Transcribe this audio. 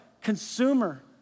consumer